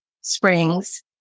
springs